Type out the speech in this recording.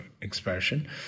expression